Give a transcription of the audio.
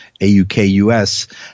AUKUS